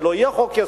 שלא יהיה חוק-יסוד,